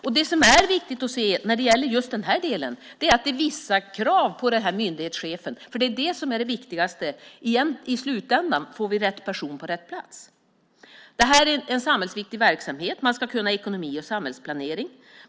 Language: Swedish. Och det som är viktigt att se när det gäller just den här delen är att det ställs vissa krav på den här myndighetschefen. Det är det som är det viktigaste i slutändan: Får vi rätt person på rätt plats? Det här är en samhällsviktig verksamhet. Man ska kunna ekonomi och samhällsplanering.